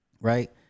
right